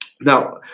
Now